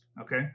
okay